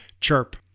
Chirp